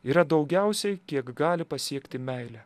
yra daugiausiai kiek gali pasiekti meilę